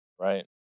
Right